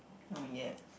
no ya